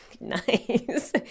nice